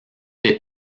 des